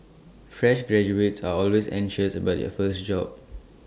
fresh graduates are always anxious about their first job